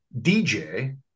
dj